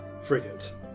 frigate